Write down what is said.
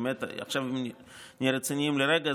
נהיה רציניים לרגע,